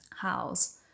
house